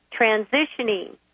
transitioning